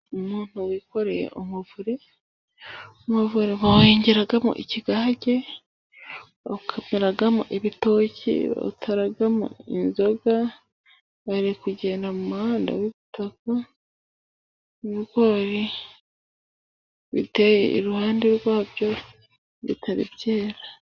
Umuntu wikoreye umuvure, umuvure ba wengeramo ikigage, bawukamiramo ibitoki, ba wutaramo inzoga, bari kugenda mu muhanda w'ibitaka, ibigori biteye iruhande, rwabyo bitari byera.